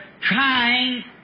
trying